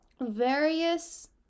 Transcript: various